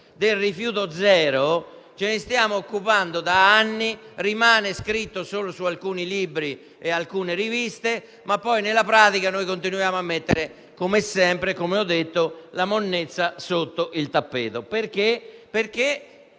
del "rifiuti zero" ce ne stiamo occupando da anni. Rimane scritto solo su alcuni libri e alcune riviste, ma nella pratica continuiamo a mettere come sempre, come ho detto, la monnezza sotto il tappeto. È